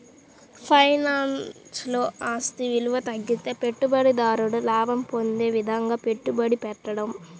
ఫైనాన్స్లో, ఆస్తి విలువ తగ్గితే పెట్టుబడిదారుడు లాభం పొందే విధంగా పెట్టుబడి పెట్టడం